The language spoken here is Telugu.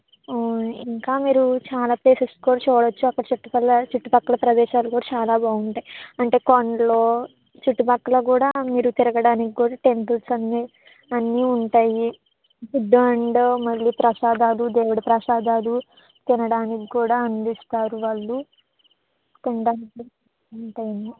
ఇంకా మీరు చాలా ప్లేసెస్ కూడా చూడవచ్చు అక్కడ సెట్టుపల్లె చుట్టుపక్కల ప్రదేశాలు కూడా చాలా బాగుంటాయి అంటే కొండలు చుట్టుపక్కల కూడా మీరు తిరగడానికి కూడా టెంపుల్స్ అన్నీ అన్నీ ఉంటాయి ఫుడ్ అండ్ మళ్ళీ ప్రసాదాలు దేవుడి ప్రసాదాలు తినడానికి కూడా అందిస్తారు వాళ్ళు తినడానికి ఉంటాయి